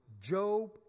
Job